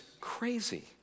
crazy